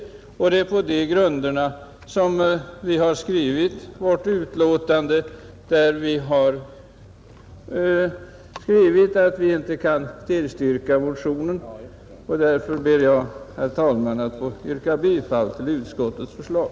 Det är på de grunderna som vi har skrivit vårt betänkande, där vi har konstaterat att vi inte kan tillstyrka motionen, Jag ber, herr talman, att få yrka bifall till utskottets förslag.